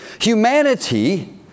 humanity